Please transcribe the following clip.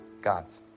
God's